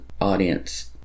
audience